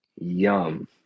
Yum